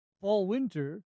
fall-winter